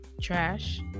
trash